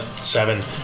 Seven